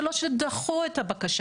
זה לא שדחו את הבקשה,